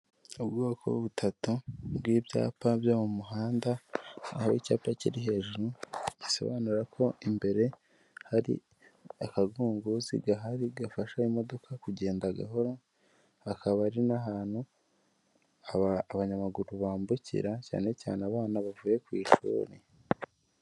Ubwoko butatu bw'ibyapa byo mu muhanda aho icyapa kiri hejuru gisobanura ko imbere hari akagunguzi gahari gafasha imodoka kugenda gahoro hakaba ari n'ahantu abanyamaguru bambukira cyane cyane abana bavuye ku ishuri.